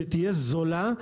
שתהיה זולה,